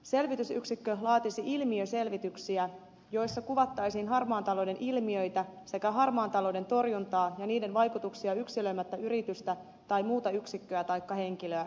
selvitysyksikkö laatisi ilmiöselvityksiä joissa kuvattaisiin harmaan talouden ilmiöitä sekä harmaan talouden torjuntaa ja niiden vaikutuksia yksilöimättä yritystä tai muuta yksikköä taikka henkilöä